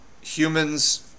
Humans